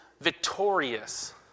victorious